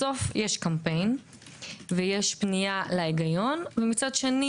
בסף יש קמפיין ופנייה להיגיון ומצד שני